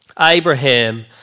Abraham